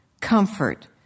comfort